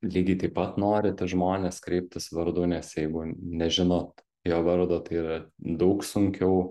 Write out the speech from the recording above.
lygiai taip pat norit į žmones kreiptis vardu nes jeigu nežinot jo vardo tai yra daug sunkiau